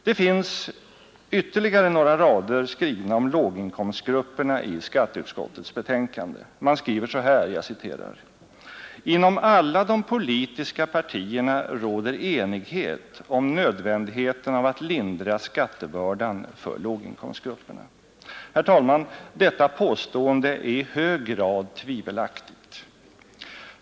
Det finns ytterligare några rader om låginkomstgrupperna i skatteutskottets betänkande. Man skriver så här: ”Inom alla de politiska partierna råder enighet om nödvändigheten av att lindra skattebördan för låginkomstgrupperna.” Herr talman! Detta påstående är i hög grad tvivelaktigt.